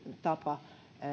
tapa